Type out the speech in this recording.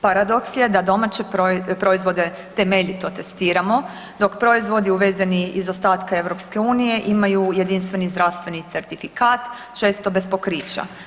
Paradoks je da domaće proizvode temeljito testiramo dok proizvodi uvezeni iz ostatka EU imaju jedinstveni zdravstveni certifikat često bez pokrića.